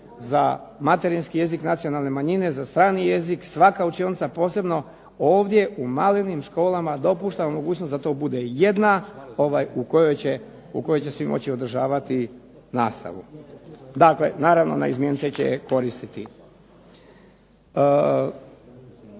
za materinski jezik nacionalne manjine, za strani jezik svaka učionica posebno. Ovdje u malenim školama dopuštamo mogućnost da to bude jedna u kojoj će si moći održavati nastavu. Dakle, naravno naizmjence će je koristiti.